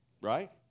Right